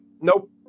nope